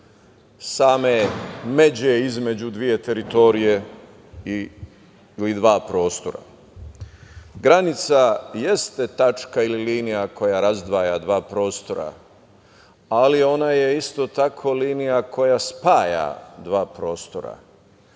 same međe između dve teritorije ili dva prostora. Granica jeste tačka ili linija koja razdvaja dva prostora, ali ona je isto tako linija koja spaja dva prostora.